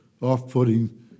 off-putting